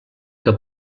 que